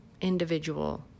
individual